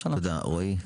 תודה, רועי?